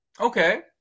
Okay